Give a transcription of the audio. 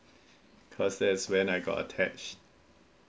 cause that's when I got attached